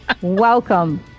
Welcome